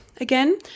again